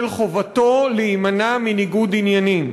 של חובתו להימנע מניגוד עניינים.